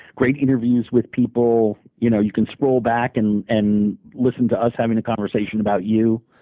great interviews with people you know, you can scroll back and and listen to us having a conversation about you.